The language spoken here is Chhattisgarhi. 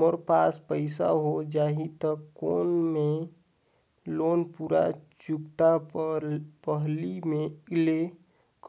मोर पास पईसा हो जाही त कौन मैं लोन पूरा चुकता पहली ले